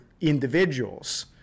individuals